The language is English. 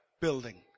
building